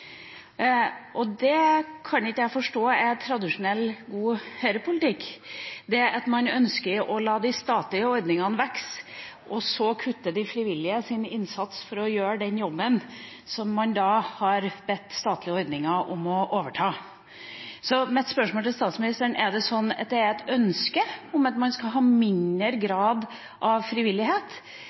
Det kan ikke jeg forstå er tradisjonell, god Høyre-politikk – at man ønsker å la de statlige ordningene vokse, og så kutter i de frivilliges innsats for å gjøre den jobben som man har bedt statlige ordninger om å overta. Mitt spørsmål til statsministeren er: Er det et ønske at man skal ha mindre grad av frivillighet,